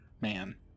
Man